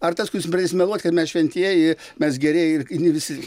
ar tas kuris pradės meluot kad mes šventieji mes gerieji ir ir ne visi